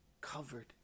covered